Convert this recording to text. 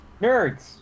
Nerds